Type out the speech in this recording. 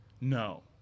No